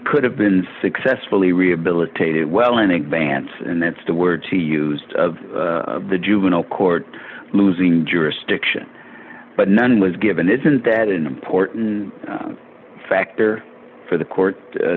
have been successfully rehabilitated well in advance and that's the words he used of the juvenile court losing jurisdiction but none was given isn't that an important factor for the court